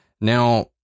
Now